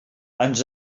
ens